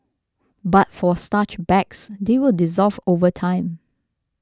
but for starch bags they will dissolve over time